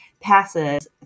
passes